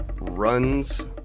runs